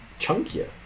Chunkier